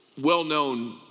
well-known